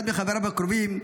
אחד מחבריו הקרובים,